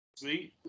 See